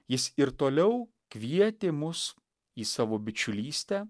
jis ir toliau kvietė mus į savo bičiulystę